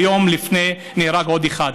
ויום לפני כן נהרג עוד אחד.